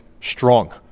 strong